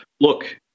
Look